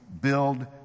build